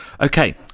Okay